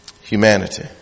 humanity